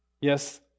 Yes